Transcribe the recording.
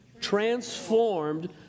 Transformed